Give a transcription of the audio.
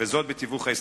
בתיווך ההסתדרות.